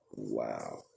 wow